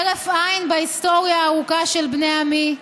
הרף עין בהיסטוריה הארוכה של בני עמי,